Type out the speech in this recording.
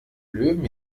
löwen